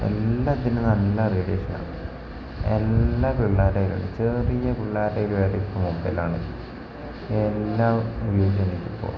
എല്ലാത്തിനും നല്ല റേഡിയേഷൻ ആണ് എല്ലാ പിള്ളേരുടെ കൈയിൽ ഉണ്ട് ചെറിയ പിള്ളാരുടെ കൈയിൽ വരെ ഇപ്പം മൊബൈം ആണ് എല്ലാം യൂസ് ചെയ്യുന്നുണ്ട് ഇപ്പോൾ